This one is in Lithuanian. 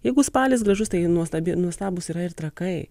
jeigu spalis gražus tai nuostabi nuostabūs yra ir trakai